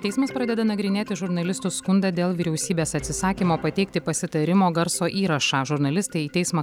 teismas pradeda nagrinėti žurnalistų skundą dėl vyriausybės atsisakymo pateikti pasitarimo garso įrašą žurnalistai į teismą